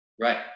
right